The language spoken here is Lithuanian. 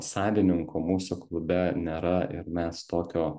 savininko mūsų klube nėra ir mes tokio